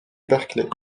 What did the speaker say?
berkeley